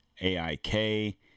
aik